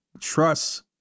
trust